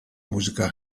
musica